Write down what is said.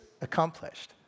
accomplished